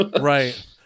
Right